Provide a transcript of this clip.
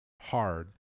hard